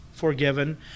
forgiven